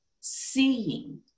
seeing